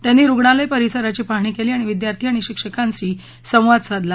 त्यांनी रुग्णालय परिसराची पाहणी कल्ली आणि विद्यार्थी आणि शिक्षकांशी संवाद साधला